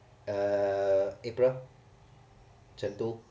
err april 成都